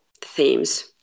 themes